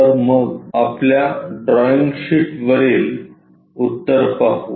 तर मग आपल्या ड्रॉईंग शीटवरील उत्तर पाहू